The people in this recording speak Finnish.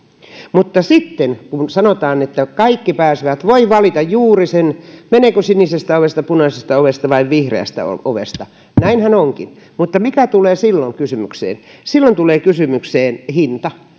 mutta sitten kun sanotaan että kaikki pääsevät voi valita juuri sen meneekö sinisestä ovesta punaisesta ovesta vai vihreästä ovesta niin näinhän onkin mutta mikä tulee silloin kysymykseen silloin tulee kysymykseen hinta